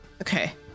Okay